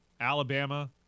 Alabama